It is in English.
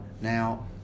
Now